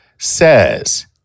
says